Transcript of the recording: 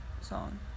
song